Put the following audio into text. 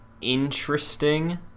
interesting